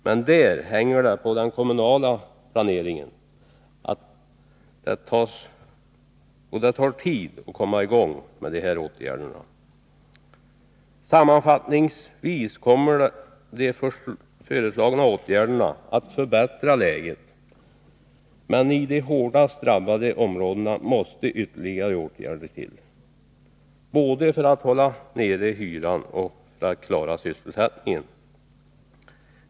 Men i de fallen är man beroende av den kommunala planeringen, och det tar tid att komma i gång med sådana åtgärder. Sammanfattningsvis kommer de föreslagna åtgärderna att förbättra läget, men i de hårdast drabbade områdena måste ytterligare insatser göras både för att hålla nere hyrorna och för att klara sysselsättningen.